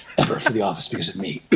ever, for the office because of me.